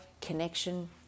Connection